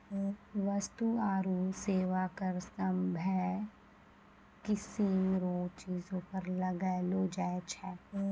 वस्तु आरू सेवा कर सभ्भे किसीम रो चीजो पर लगैलो जाय छै